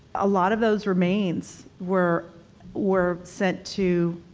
a lot of those remains were were sent to,